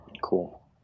cool